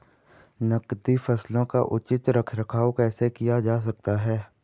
नकदी फसलों का उचित रख रखाव कैसे किया जा सकता है?